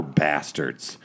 bastards